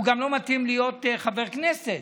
הוא גם לא מתאים להיות חבר כנסת,